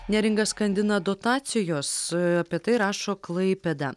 neringą skandina dotacijos apie tai rašo klaipėda